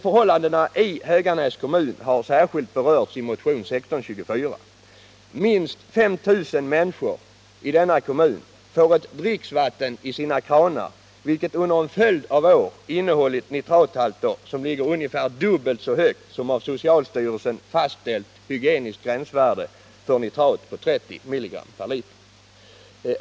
Förhållandena i Höganäs kommun har särskilt berörts i motionen 1624. Minst 5 000 människor i denna kommun får ett dricksvatten i sina kranar, vilket under en följd av år innehållit nitrathalter som ligger ungefär dubbelt så högt som av socialstyrelsen fastställt hygieniskt gränsvärde för nitrat på 30 mg/l.